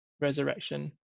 resurrection